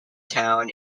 town